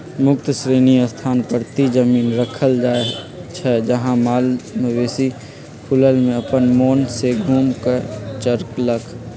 मुक्त श्रेणी स्थान परती जमिन रखल जाइ छइ जहा माल मवेशि खुलल में अप्पन मोन से घुम कऽ चरलक